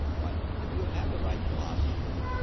but if you have the right philosophy,